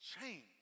change